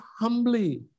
humbly